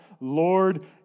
Lord